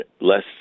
less